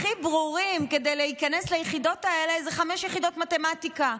הכי ברורים להיכנס ליחידות האלה זה חמש יחידות מתמטיקה.